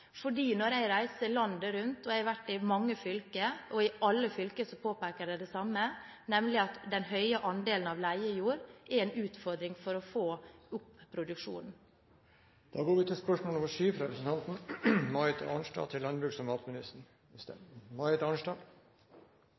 Jeg reiser landet rundt – jeg har vært i mange fylker – og i alle fylker påpeker de det samme, nemlig at den høye andelen av leiejord er en utfordring for å få opp produksjonen.